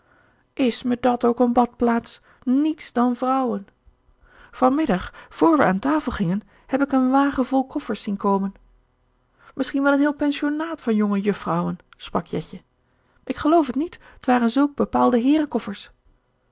is me dat ook een badplaats niets dan vrouwen van middag vr wij aan tafel gingen heb ik een wagen vol koffers zien komen misschien wel een heel pensionnaat van jonge juffrouwen sprak jetje k geloof het niet t waren zulke bepaalde